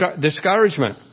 discouragement